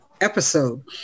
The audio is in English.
episode